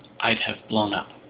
i'd have blown up.